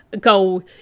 go